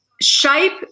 shape